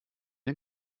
den